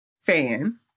fan